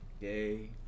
Yay